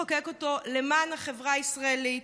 חשוב לחוקק אותו למען החברה הישראלית,